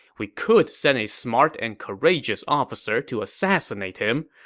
we could send a smart and courageous officer to assassinate him.